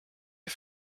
der